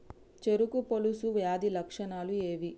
చెరుకు పొలుసు వ్యాధి లక్షణాలు ఏవి?